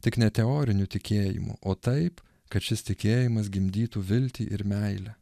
tik ne teoriniu tikėjimu o taip kad šis tikėjimas gimdytų viltį ir meilę